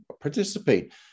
participate